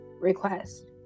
Request